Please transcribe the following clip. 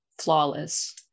flawless